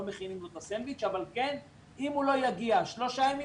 לא מכינים לו את הסנדוויץ' אבל כן אם הוא לא יגיע שלושה ימים,